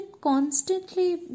constantly